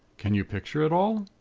can you picture it all?